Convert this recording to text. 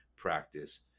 practice